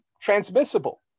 transmissible